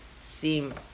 seem